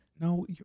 No